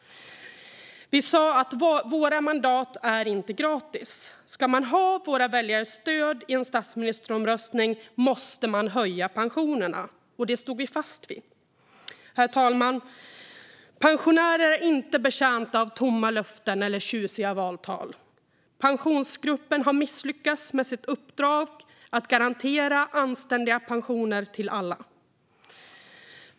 Vi sa att våra mandat inte är gratis. Ska man ha våra väljares stöd i en statsministeromröstning måste man höja pensionerna. Det stod vi fast vid. Herr talman! Pensionärer är inte betjänta av tomma löften eller tjusiga valtal. Pensionsgruppen har misslyckats med sitt uppdrag att garantera anständiga pensioner till alla.